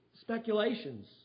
speculations